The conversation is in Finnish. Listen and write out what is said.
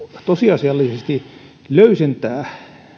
tosiasiallisesti löysentää